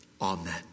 Amen